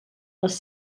les